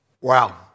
Wow